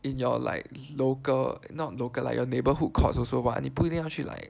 in your like local not local like your neighborhood courts also but 你不一定要去 like